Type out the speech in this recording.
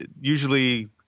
usually